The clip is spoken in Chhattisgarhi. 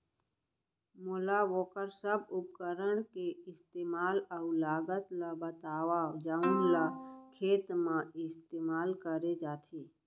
मोला वोकर सब उपकरण के इस्तेमाल अऊ लागत ल बतावव जउन ल खेत म इस्तेमाल करे जाथे?